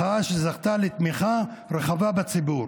מחאה שזכתה לתמיכה רחבה בציבור